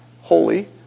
holy